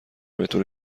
بطور